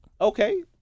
Okay